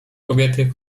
kobiety